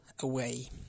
away